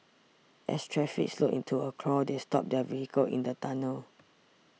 as traffic slowed to a crawl they stopped their vehicle in the tunnel